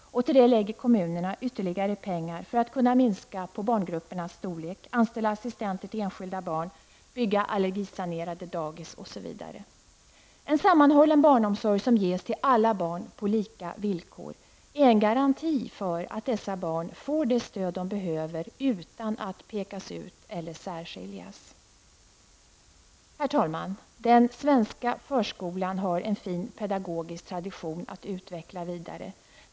Till detta lägger kommunerna ytterligare pengar för att kunna minska på barngruppernas storlek, anställa assistenter till enskilda barn, bygga allergisanerade dagis, osv. En sammanhållen barnomsorg som ges till alla barn på lika villkor är en garanti för att dessa barn får det stöd de behöver utan att pekas ut eller särskiljas. Herr talman! Den svenska förskolan har en fin pedagogisk tradition att utveckla vidare.